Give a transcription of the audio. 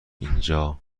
اینجا